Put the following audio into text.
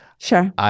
Sure